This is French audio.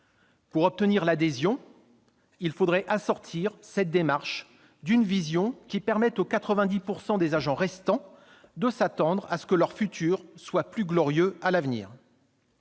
Pour obtenir l'adhésion, il faudrait assortir cette démarche d'une vision qui permette aux 90 % des agents restants de s'attendre à ce que leur futur soit plus glorieux.